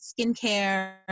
skincare